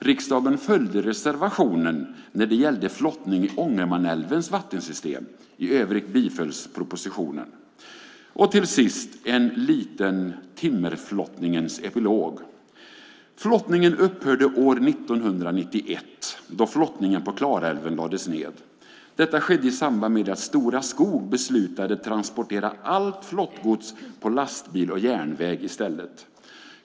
Riksdagen följde reservationen när det gällde flottning i Ångermanälvens vattensystem. I övrigt bifölls propositionen. Låt mig avsluta med en liten timmerflottningens epilog. Flottningen upphörde år 1991 då flottningen på Klarälven lades ned. Detta skedde i samband med att Stora Skog beslutade att i stället transportera allt flottgods på lastbil och järnväg.